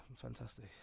fantastic